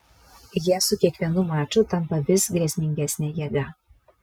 jie su kiekvienu maču tampa vis grėsmingesne jėga